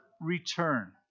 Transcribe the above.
return